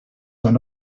and